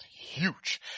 huge